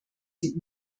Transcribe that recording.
sie